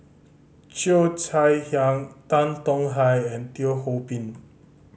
Cheo Chai Hiang Tan Tong Hye and Teo Ho Pin